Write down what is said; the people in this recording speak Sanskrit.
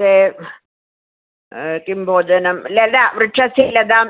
ते किं भोजनं लता वृक्षस्य लतां